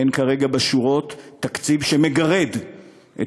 אין כרגע בַּשּׁוּרוֹת תקציב שמגרד את